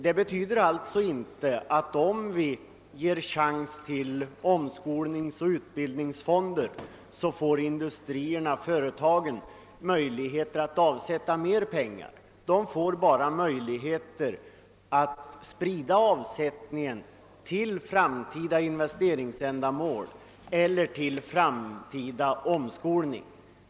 Om det ges möjlighet att avsätta pengar till omskolningsoch utbildningsfonder, betyder detta alltså inte att företagen får möjlighet att avsätta mera pengar; de får bara möjlighet att sprida avsättningen till framtida investeringsändamål eller till framtida omskolning.